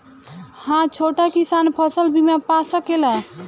हा छोटा किसान फसल बीमा पा सकेला?